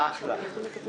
אין בגינו